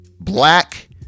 black